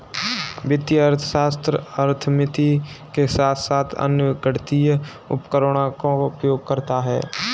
वित्तीय अर्थशास्त्र अर्थमिति के साथ साथ अन्य गणितीय उपकरणों का उपयोग करता है